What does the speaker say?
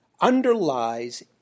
underlies